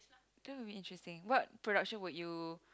gonna be interesting what production would you